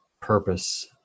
purpose